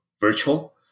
virtual